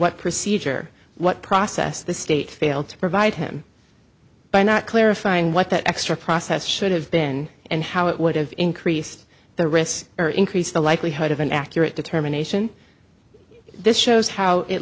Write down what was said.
what procedure what process the state failed to provide him by not clarifying what that extra process should have been and how it would have increased the risk or increase the likelihood of an accurate determination this shows how